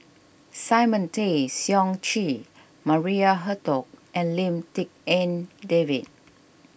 Simon Tay Seong Chee Maria Hertogh and Lim Tik En David